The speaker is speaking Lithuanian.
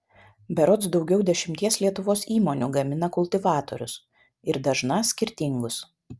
berods daugiau dešimties lietuvos įmonių gamina kultivatorius ir dažna skirtingus